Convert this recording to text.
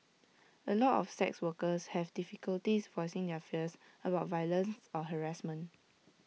A lot of sex workers have difficulties voicing their fears about violence or harassment